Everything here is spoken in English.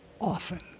often